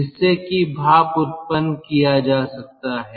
जिससे कि भाप उत्पन्न किया जा सकता है